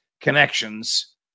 connections